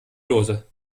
dose